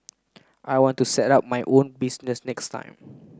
I want to set up my own business next time